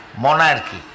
monarchy